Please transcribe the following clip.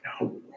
no